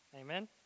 Amen